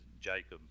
Jacob